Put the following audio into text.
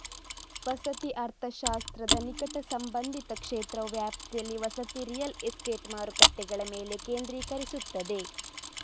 ವಸತಿ ಅರ್ಥಶಾಸ್ತ್ರದ ನಿಕಟ ಸಂಬಂಧಿತ ಕ್ಷೇತ್ರವು ವ್ಯಾಪ್ತಿಯಲ್ಲಿ ವಸತಿ ರಿಯಲ್ ಎಸ್ಟೇಟ್ ಮಾರುಕಟ್ಟೆಗಳ ಮೇಲೆ ಕೇಂದ್ರೀಕರಿಸುತ್ತದೆ